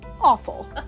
awful